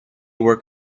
were